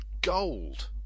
gold